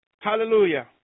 Hallelujah